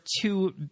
two